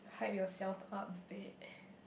hype yourself up babe